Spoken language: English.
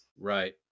right